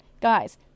Guys